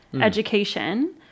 education